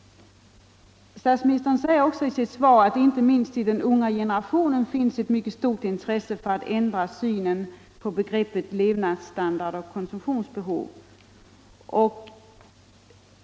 Statsministern säger också i sitt svar att det inte minst i den unga generationen finns ett mycket starkt intresse för att ändra synen på begreppen levnadsstandard och konsumtionsbehov.